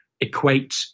equate